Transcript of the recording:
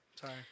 Sorry